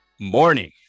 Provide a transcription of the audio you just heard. morning